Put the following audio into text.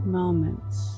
moments